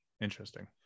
interesting